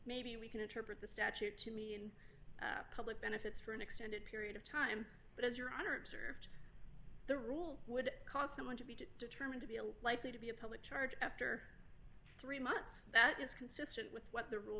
maybe we can interpret the statute to me in public benefits for an extended period of time but as your honor observed the rule would cause someone to be determined to be a likely to be a public charge after three months that is consistent with what the rule